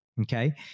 Okay